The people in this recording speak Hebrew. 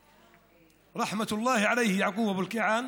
(אומר בערבית: עליו רחמי האל ירומם ויתעלה,) יעקוב אבו אלקיעאן.